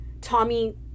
Tommy